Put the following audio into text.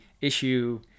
issue